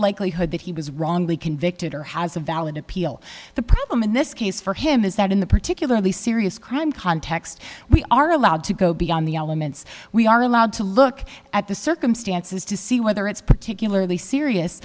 likelihood that he was wrongly convicted or has a valid appeal the problem in this case for him is that in the particularly serious crime context we are allowed to go beyond the elements we are allowed to look at the circumstances to see whether it's particularly serious